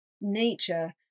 nature